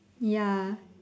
ya